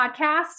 podcast